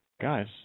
Guys